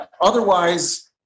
Otherwise